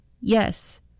Yes